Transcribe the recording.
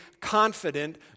confident